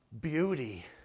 beauty